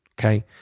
okay